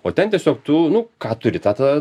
o ten tiesiog tu nu ką turi ta tada